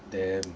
damn